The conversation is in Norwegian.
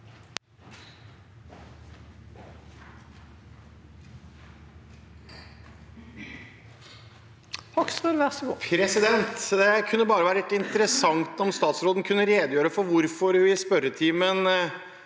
Det kunne vært in- teressant om statsråden kunne redegjøre for hvorfor hun i spørretimen,